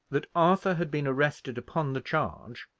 that arthur had been arrested upon the charge,